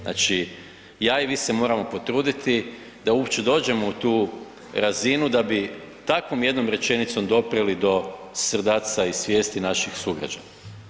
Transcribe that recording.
Znači, ja i vi se moramo potruditi da uopće dođemo u tu razinu da bi takvom jednom rečenicom doprijeli do srdaca i svijesti naših sugrađana.